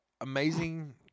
amazing